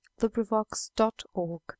LibriVox.org